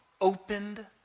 opened